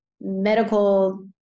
medical